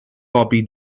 bobi